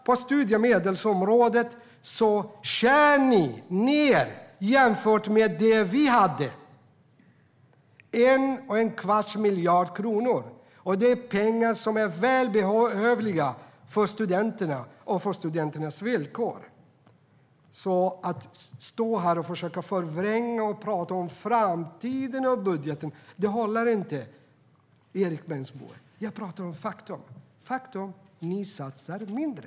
På studiemedelsområdet skär ni ned jämfört med de förslag vi hade, nämligen 1 1⁄4 miljard kronor. Det är pengar som är välbehövliga för studenterna och för studenternas villkor. Att stå här och förvränga och prata om den framtida budgeten håller inte, Erik Bengtzboe. Jag pratar fakta, det vill säga att ni satsar mindre.